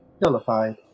nullified